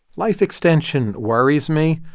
life extension worries me.